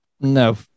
No